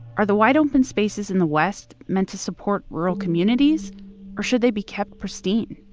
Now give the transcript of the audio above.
are the wide-open spaces in the west meant to support rural communities or should they be kept pristine?